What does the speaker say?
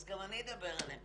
גם אני אדבר עליהן,